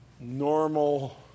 normal